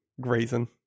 Grazing